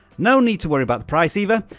no need to worry about the price either,